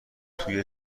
توی